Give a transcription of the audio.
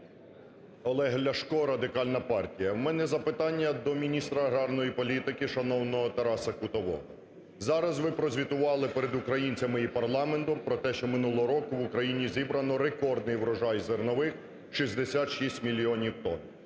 Олег Ляшко, Радикальна партія. У мене запитання до міністра аграрної політики, шановного Тараса Кутового. Зараз ви прозвітували перед українцями і парламентом про те, що минулого року в Україні зібрано рекордний врожай зернових – 66 мільйонів тонн.